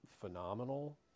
phenomenal